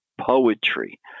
poetry